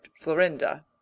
Florinda